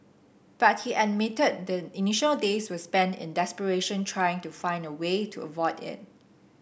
but he admitted the initial days were spent in desperation trying to find a way to avoid it